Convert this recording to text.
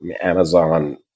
Amazon